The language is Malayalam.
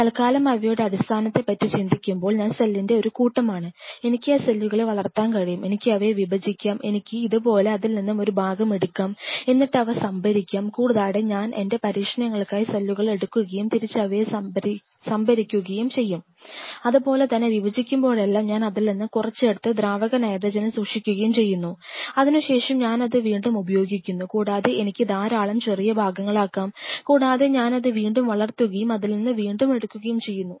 തൽക്കാലം അവയുടെ അടിസ്ഥാനത്തെ പറ്റി ചിന്തിക്കുമ്പോൾ ഞാൻ സെല്ലിന്റെ ഒരു കൂട്ടമാണ് എനിക്ക് ആ സെല്ലുകളെ വളർത്താൻ കഴിയും എനിക്ക് അവയെ വിഭജിക്കാം എനിക്ക് ഇതുപോലെ അതിൽ നിന്നും ഒരു ഭാഗം എടുക്കാം എന്നിട്ടവ സംഭരിക്കാം കൂടാതെ ഞാൻ എന്റെ പരീക്ഷണങ്ങൾക്കായി സെല്ലുകളെ എടുക്കുകയും തിരിച്ചവയെ സംഭരിക്കുകയും ചെയ്യും അതുപോലെ തന്നെ വിഭജിക്കുമ്പോഴെല്ലാം ഞാൻ അതിൽ നിന്നും കുറച്ചെടുത്തു ദ്രാവക നൈട്രജനിൽ സൂക്ഷിക്കുകയും ചെയ്യുന്നു അതിനുശേഷം ഞാൻ അത് വീണ്ടും ഉപയോഗിക്കുന്നു കൂടാതെ എനിക്ക് അത് ധാരാളം ചെറിയ ഭാഗങ്ങളാക്കാം കൂടാതെ ഞാൻ അത് വീണ്ടും വളർത്തുകയും അതിൽ നിന്നും വീണ്ടും എടുക്കുകയും ചെയ്യുന്നു